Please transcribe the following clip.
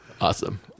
awesome